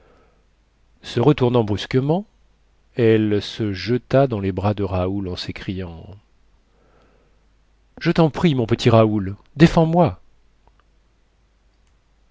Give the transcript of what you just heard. se retournant brusquement elle se jeta dans les bras de raoul en sécriant je ten prie mon petit raoul défends moi